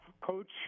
coach